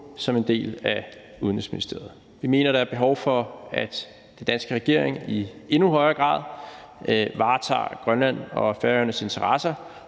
som en del af Udenrigsministeriets ressort. Vi mener, at der er behov for, at den danske regering i endnu højere grad varetager Grønlands og Færøernes interesser,